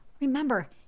remember